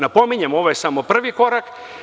Napominjem, ovo je samo prvi korak.